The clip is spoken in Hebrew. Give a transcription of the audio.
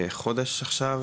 וחודש עכשיו,